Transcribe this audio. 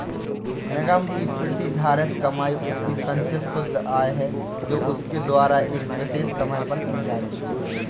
निगम की प्रतिधारित कमाई उसकी संचित शुद्ध आय है जो उसके द्वारा एक विशेष समय पर की जाती है